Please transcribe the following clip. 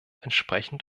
entsprechend